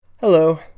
Hello